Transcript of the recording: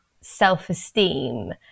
self-esteem